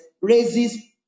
raises